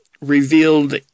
revealed